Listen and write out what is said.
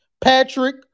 Patrick